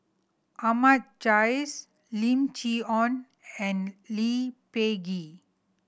Ahmad Jais Lim Chee Onn and Lee Peh Gee